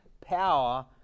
power